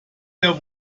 der